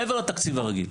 מעבר לתקציב הרגיל,